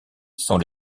sont